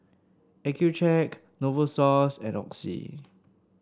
Accucheck Novosource and Oxy